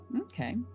Okay